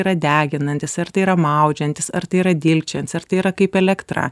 yra deginantis ar tai yra maudžiantis ar tai yra dilgčiojantis ar tai yra kaip elektra